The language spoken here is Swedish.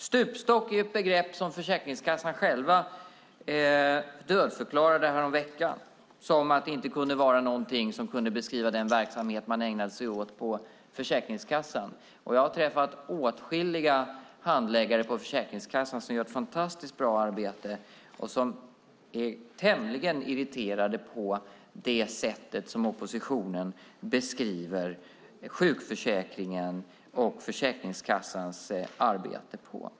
Stupstock är ett begrepp som Försäkringskassan dödförklarade häromveckan eftersom det inte kunde beskriva den verksamhet man ägnar sig åt på Försäkringskassan. Jag har träffat åtskilliga handläggare på Försäkringskassan som gör ett fantastiskt bra arbete och som är tämligen irriterade på det sätt som oppositionen beskriver sjukförsäkringen och Försäkringskassans arbete på.